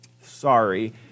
sorry